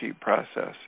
process